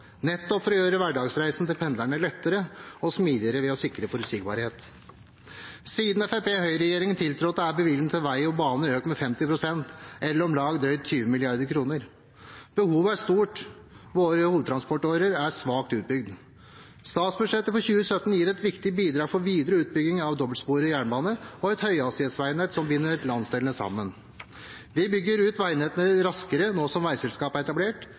nettopp for å gjøre hverdagsreisen til pendlerne lettere og smidigere ved å sikre forutsigbarhet. Siden Høyre–Fremskrittsparti-regjeringen tiltrådte, er bevilgningene til vei og bane økt med 50 pst., eller om lag 20 mrd. kr. Behovet er stort. Våre hovedtransportårer er svakt utbygd. Statsbudsjettet for 2017 gir et viktig bidrag for videre utbygging av dobbeltsporet jernbane og et høyhastighetsveinett som binder landsdelene sammen. Vi bygger ut veinettet raskere, nå som veiselskapet er etablert.